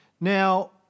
Now